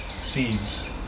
seeds